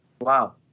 Wow